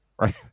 Right